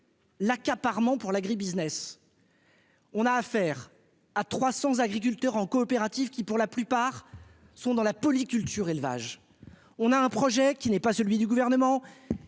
L'accaparement pour la grippe Business, on a affaire à 300 agriculteurs en coopérative, qui pour la plupart, sont dans la polyculture élevage, on a un projet qui n'est pas celui du gouvernement